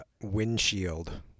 Windshield